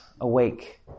awake